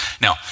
Now